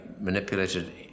manipulated